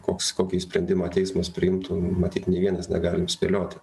koks kokį sprendimą teismas priimtų matyt nei vienas negalim spėlioti